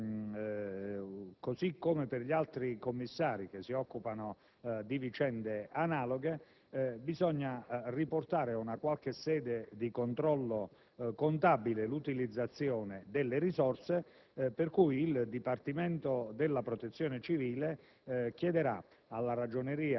così come per gli altri commissari che si occupano di vicende analoghe, bisogna riportare ad una qualche sede di controllo contabile l'utilizzazione delle risorse; il Dipartimento della protezione civile chiederà pertanto